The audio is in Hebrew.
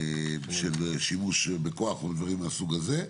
של שימוש בכוח או דברים מהסוג הזה.